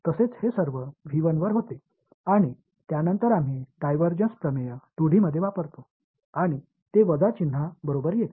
आणि त्यानंतर आम्ही डायव्हर्जन प्रमेय 2D मध्ये वापरतो आणि ते वजा चिन्हा बरोबर येते